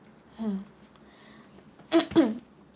mm